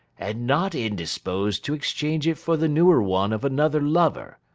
and not indisposed to exchange it for the newer one of another lover,